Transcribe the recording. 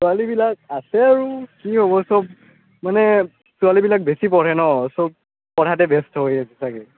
ছোৱালীবিলাক আছে আৰু কি হ'ব চব মানে ছোৱালীবিলাক বেছি পঢ়ে ন চব পঢ়াতে ব্যস্ত